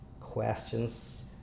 questions